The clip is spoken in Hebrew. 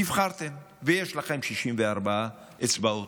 נבחרתם ויש לכם 64 אצבעות,